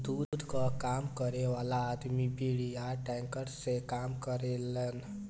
दूध कअ काम करे वाला अदमी बड़ियार टैंकर से काम करेलन